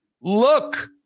Look